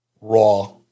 raw